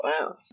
wow